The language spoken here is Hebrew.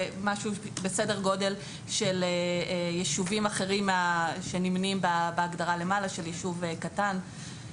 בסדר גודל של יישובים אחרים שנמנים בהגדרה למעלה של יישוב קטן.